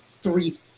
Three